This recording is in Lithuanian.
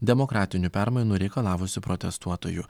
demokratinių permainų reikalavusių protestuotojų